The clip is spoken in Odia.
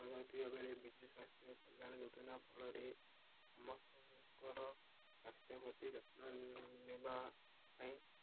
ବିଜୁ ସ୍ୱାସ୍ଥ୍ୟ କଲ୍ୟାାଣ ଯୋଜନା ଫଳରେ ସମସ୍ତଙ୍କର ସ୍ୱାସ୍ଥ୍ୟ ପ୍ରତି ଯତ୍ନ ନେବା ପାଇଁ